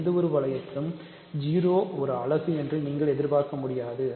எந்த வளையத்திலும் 0 ஒரு அலகு என்று நீங்கள் எதிர்பார்க்க முடியாது